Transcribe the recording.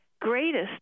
greatest